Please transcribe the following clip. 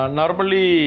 normally